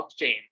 blockchain